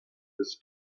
this